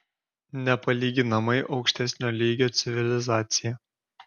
nepalyginamai aukštesnio lygio civilizacija